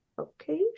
okay